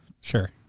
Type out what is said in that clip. Sure